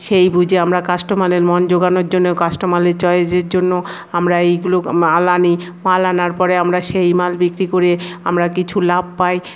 সেই বুঝে আমরা কাস্টোমারের মন জোগানোর জন্য কাস্টোমারের জন্য আমরা এইগুলো মাল আনি মাল আনার পরে আমরা সেই মাল বিক্রি করে আমরা কিছু লাভ পাই